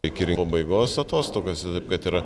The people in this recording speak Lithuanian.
iki rinkimų pabaigos atostogos taip kad yra